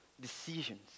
decisions